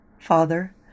father